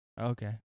Okay